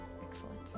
Excellent